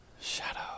Shadow